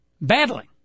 battling